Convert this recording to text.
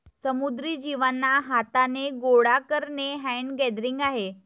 समुद्री जीवांना हाथाने गोडा करणे हैंड गैदरिंग आहे